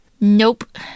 Nope